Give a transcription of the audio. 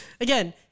again